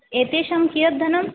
एतेषां कियत् धनम्